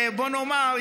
בוא נאמר,